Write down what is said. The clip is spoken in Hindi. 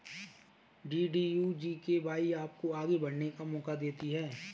डी.डी.यू जी.के.वाए आपको आगे बढ़ने का मौका देती है